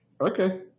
Okay